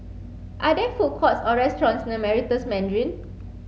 are there food courts or restaurants near Meritus Mandarin